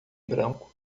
branco